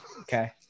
Okay